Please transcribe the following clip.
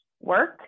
work